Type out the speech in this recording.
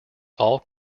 all